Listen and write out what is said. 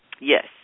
Yes